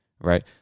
right